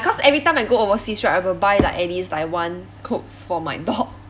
cause every time I go overseas right I will buy like at least like one clothes for my dog